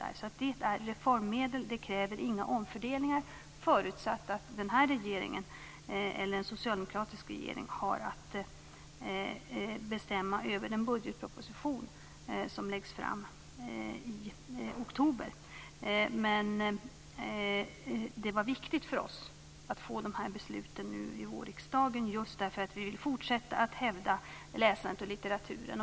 Det är alltså reformmedel, och det kräver inga omfördelningar, förutsatt att en socialdemokratisk regering får bestämma över den budgetproposition som läggs fram i oktober. Men det var viktigt för oss att riksdagen nu under våren fattar beslut om detta, just därför att vi vill fortsätta att hävda läsandet och litteraturen.